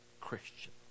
Christian